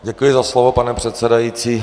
Děkuji za slovo, pane předsedající.